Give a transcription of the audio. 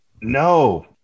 no